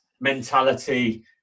mentality